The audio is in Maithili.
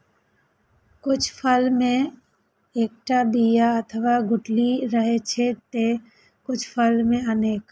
कुछ फल मे एक्केटा बिया अथवा गुठली रहै छै, ते कुछ फल मे अनेक